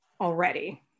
already